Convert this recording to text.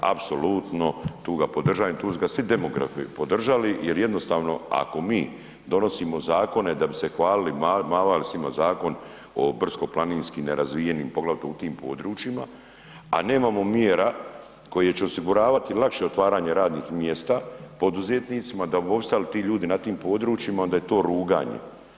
Apsolutno tu ga podržajem i tu su ga svi demografi podržali jer jednostavno ako mi donosimo zakone da bi se hvalili mavali svima zakon o brdsko-planinskim nerazvijenim poglavito u tim područjima, a nemamo mjera koje će osiguravati lakše otvaranje radnih mjesta poduzetnicima da bi opstali ti ljudi na tim područjima onda je to ruganje.